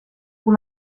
pour